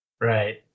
right